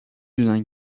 دونن